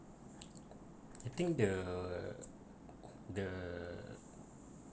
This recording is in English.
I think the the